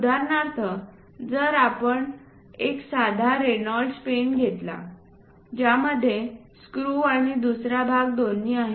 उदाहरणार्थ जर आपण एक साधा रेनॉल्ड्स पेन घेतला आहे ज्यामध्ये स्क्रू आणि दुसरा भाग दोन्ही आहेत